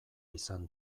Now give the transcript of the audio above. izan